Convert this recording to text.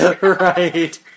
right